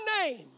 name